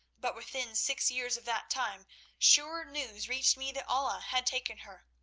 but within six years of that time sure news reached me that allah had taken her,